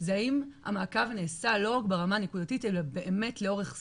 זה האם המעקב נעשה - לא רק ברמה הנקודתית אלא באמת לאורך זמן,